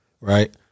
Right